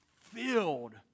filled